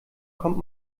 kommt